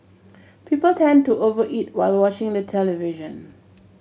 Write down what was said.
people tend to over eat while watching the television